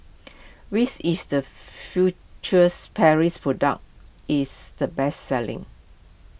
is the futures Paris product is the best selling